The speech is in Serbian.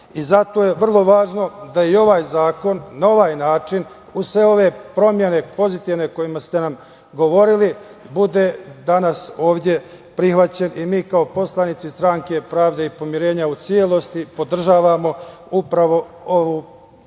i zato je vrlo važno da i ovaj zakon na ovaj način uz sve ove promene pozitivne kojima ste nam govorili bude danas ovde prihvaćen i mi kao poslanici Stranke pravde i pomirenja u celosti podržavamo, upravo ove izmene